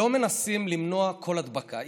לא מנסים למנוע כל הדבקה,